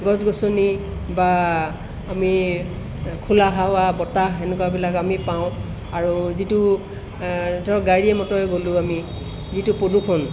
গছ গছনি বা আমি খোলা হাৱা বতাহ এনেকুৱাবিলাক আমি পাওঁ আৰু যিটো ধৰক গাড়ীয়ে মটৰে গলোঁ আমি যিটো প্ৰদূষণ